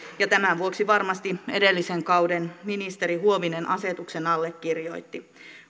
ja tämän vuoksi varmasti edellisen kauden ministeri huovinen asetuksen allekirjoitti